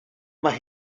mae